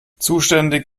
zuständig